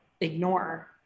ignore